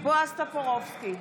בועז טופורובסקי,